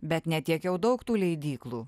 bet ne tiek jau daug tų leidyklų